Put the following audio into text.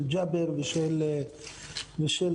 של ג'אבר ושל שרף,